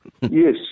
Yes